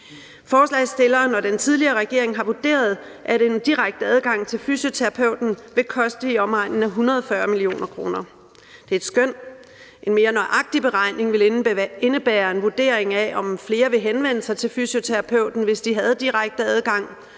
Forslagsstillerne og den tidligere regering har vurderet, at en direkte adgang til fysioterapeuten vil koste i omegnen af 140 mio. kr. Det er et skøn, og en mere nøjagtig beregning vil indebære en vurdering af, om flere vil henvende sig til fysioterapeuten, hvis de havde direkte adgang,